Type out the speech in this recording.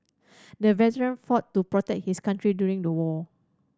the veteran fought to protect his country during the war